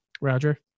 Roger